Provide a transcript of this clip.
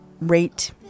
rate